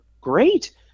great